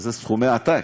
שזה סכומי עתק,